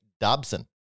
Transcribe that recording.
dobson